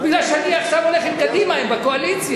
מפני שאני עכשיו הולך עם קדימה, הם בקואליציה.